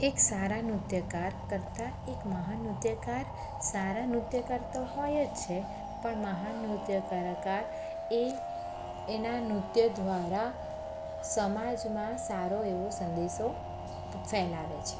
એક સારા નૃત્યકાર કરતાં એક મહાન નૃત્યકાર સારા નૃત્યકાર તો હોય જ છે પણ મહાન નૃત્યકલાકાર એ એનાં નૃત્ય દ્વારા સમાજમાં સારો એવો સંદેશો ફેલાવે છે